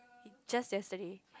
just yesterday